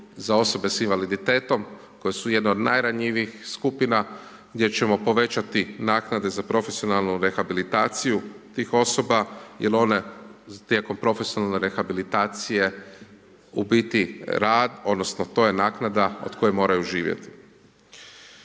za osobe s invaliditetom, koja su jedna od najranjivijih skupina, gdje ćemo povećati naknade za profesionalnu rehabilitaciju tih osoba, jer one tijekom profesionalne rehabilitacije, u biti rad, odnosno, to je naknada od koje moraju živjeti.